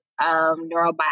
neurobiology